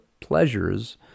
pleasures